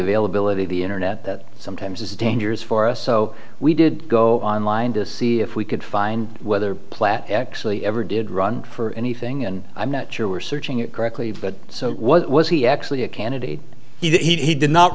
availability of the internet sometimes is dangerous for us so we did go online to see if we could find whether platt actually ever did run for anything and i'm not sure we're searching it correctly but so what was he actually a candidate he did not